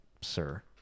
Sir